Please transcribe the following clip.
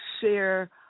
share